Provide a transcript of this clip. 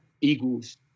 Eagles